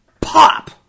pop